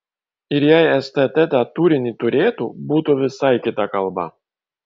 ir jei stt tą turinį turėtų būtų visai kita kalba